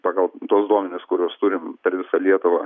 pagal tuos duomenis kuriuos turim per visą lietuvą